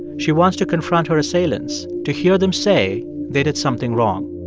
she wants to confront her assailants, to hear them say they did something wrong.